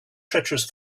treacherous